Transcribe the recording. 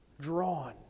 drawn